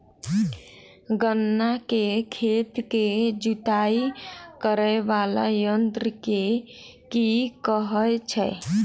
गन्ना केँ खेत केँ जुताई करै वला यंत्र केँ की कहय छै?